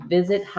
Visit